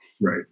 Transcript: Right